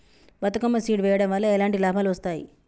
Bathukamma seed వెయ్యడం వల్ల ఎలాంటి లాభాలు వస్తాయి?